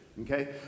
okay